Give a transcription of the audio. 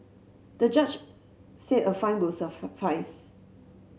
the judge said a fine will suffice